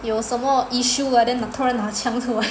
有什么 issue then 突然拿枪出来